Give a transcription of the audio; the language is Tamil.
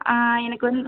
ஆ எனக்கு வந்து